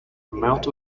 amount